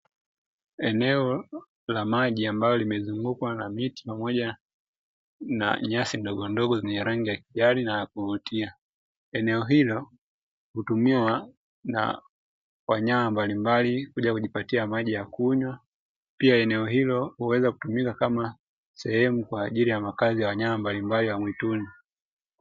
Eneo la maji ambalo limezungukwa na miti pamoja na nyasi ndogondogo zenye rangi ya kijani na ya kuvutia, eneo hilo hutumiwa na wanyama mbalimbali kuja kujipatia maji ya kunywa, pia eneo hilo huweza kutumika kama sehemu kwa ajili ya makazi ya wanyama mbalimbali wa mwituni.